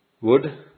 Wood